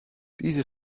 diese